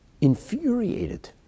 infuriated